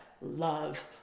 love